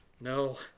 No